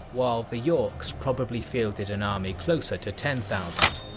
while the yorks probably fielded an army closer to ten thousand.